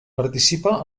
participa